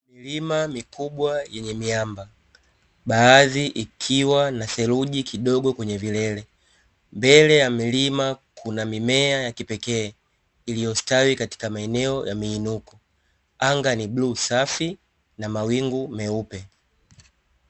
Milima mikubwa yenye miamba baadhi ikiwa na theluji kidogo kwenye vilele, mbele ya milima kuna mimea ya kipekee iliyostawi katika maeneo ya miinuko, anga ni bluu safi na mawingu meupe.